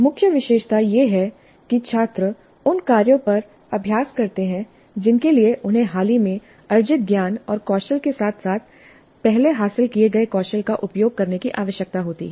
मुख्य विशेषता यह है कि छात्र उन कार्यों पर अभ्यास करते हैं जिनके लिए उन्हें हाल ही में अर्जित ज्ञान और कौशल के साथ साथ पहले हासिल किए गए कौशल का उपयोग करने की आवश्यकता होती है